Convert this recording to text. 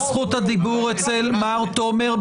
זכות הדיבור אצל מר תומר,